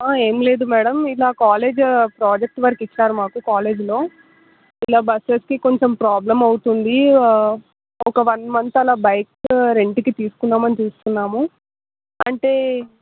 ఏం లేదు మ్యాడం ఇలా కాలేజ్ ప్రాజెక్ట్ వర్క్ ఇచ్చారు మాకు కాలేజ్లో ఇలా బస్సెస్కి కొంచెం ప్రాబ్లం అవుతుంది ఒక మంత్ అలా బైక్ రెంట్కి తీసుకుందాము అని చూస్తున్నాము అంటే